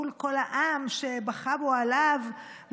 מול כל העם שבכה בו עליו,